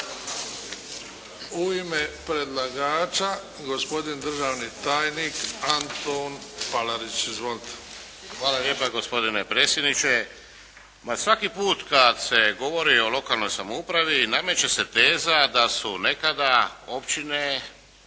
U ime predlagača, gospodin državni tajnik Antun Palarić. Izvolite. **Palarić, Antun** Hvala lijepa gospodine predsjedniče. Ma svaki put kad se govori o lokalnoj samoupravi, nameće se teza da su nekada općine,